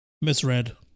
Misread